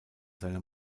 seiner